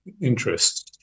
interests